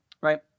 right